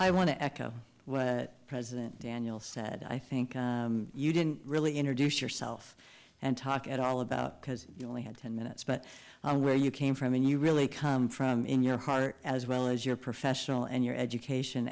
i want to echo what president daniel said i think you didn't really introduce yourself and talk at all about because you only had ten minutes but where you came from and you really come from in your heart as well as your professional and your education